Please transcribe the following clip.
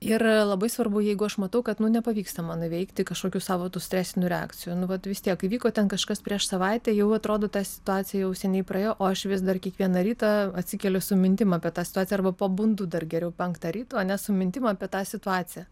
ir labai svarbu jeigu aš matau kad nu nepavyksta man įveikti kažkokių savo tų stresinių reakcijų nu vat vis tiek įvyko ten kažkas prieš savaitę jau atrodo ta situacija jau seniai praėjo o aš vis dar kiekvieną rytą atsikeliu su mintim apie tą situaciją arba pabundu dar geriau penktą ryto ar ne su mintim apie tą situaciją